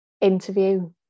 interview